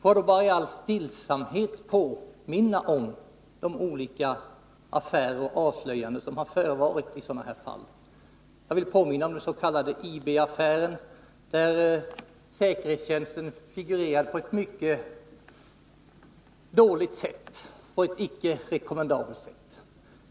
Får jag bara i all stillsamhet påminna om de olika avslöjanden som har gjorts. I den s.k. IB-affären figurerade säkerhetstjänsten på ett sätt som inte kan anses rekommenderande för den.